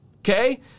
Okay